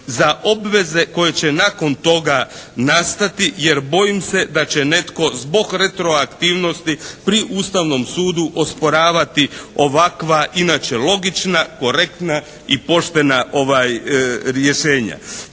za obveze koje će nakon toga nastati jer bojim se da će netko zbog retroaktivnosti pri Ustavnom sudu osporavati ovakva inače logična, korektna i poštena rješenja.